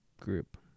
group